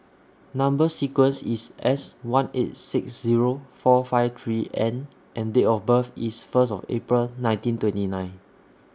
Number sequence IS S one eight six Zero four five three N and Date of birth IS First of April nineteen twenty nine